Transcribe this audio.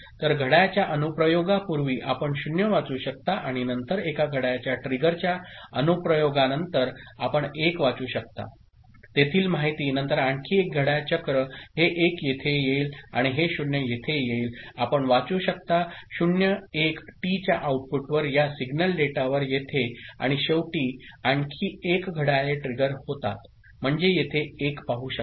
तर घड्याळाच्या अनुप्रयोगापूर्वी आपण 0 वाचू शकता आणि नंतर एका घड्याळाच्या ट्रिगरच्या अनुप्रयोगानंतर आपण 1 वाचू शकता तेथील माहिती नंतर आणखी एक घड्याळ चक्र हे 1 येथे येईल आणि हे 0 येथे येईल आपण वाचू शकता 0 1 टीच्या आऊटपुटवर या सिग्नल डेटावर येथे आणि शेवटी आणखी एक घड्याळे ट्रिगर होतात आपण येथे 1 पाहू शकता